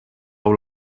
laŭ